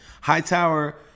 Hightower